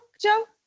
Joe